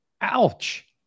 ouch